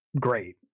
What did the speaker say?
great